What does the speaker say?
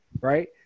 right